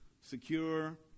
secure